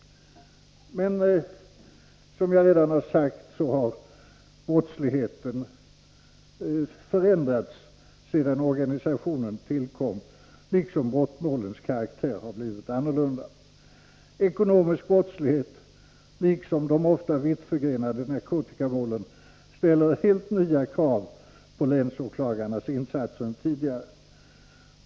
Sedan organisationen tillkom har, som jag redan sagt, brottsligheten förändrats, liksom också brottmålens karaktär. Ekonomisk brottslighet liksom de ofta vittförgrenade narkotikamålen ställer helt nya krav på länsåklagarnas insatser.